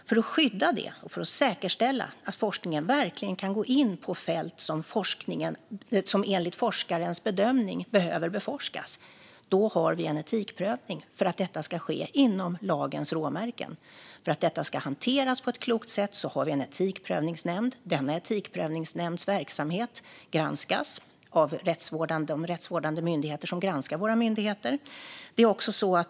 För att skydda det och säkerställa att forskningen verkligen kan gå in på fält som enligt forskarens bedömning behöver beforskas har vi en etikprövning för att detta ska ske inom lagens råmärken. För att detta ska hanteras på ett klokt sätt har vi en etikprövningsnämnd. Denna etikprövningsnämnds verksamhet granskas av de rättsvårdande myndigheter som granskar våra myndigheter.